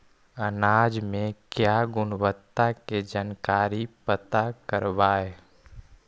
अनाज मे क्या गुणवत्ता के जानकारी पता करबाय?